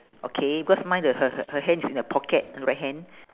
okay because mine the her her her hand is in her pocket mm right hand